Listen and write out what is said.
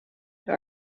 der